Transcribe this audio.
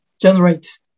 generate